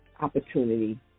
opportunity